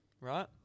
right